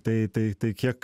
tai tai tai tiek